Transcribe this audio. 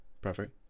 perfect